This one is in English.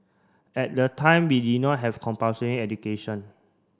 at that time we did not have compulsory education